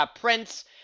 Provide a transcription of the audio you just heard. Prince